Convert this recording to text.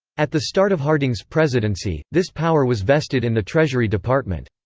at the start of harding's presidency, this power was vested in the treasury department.